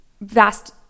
vast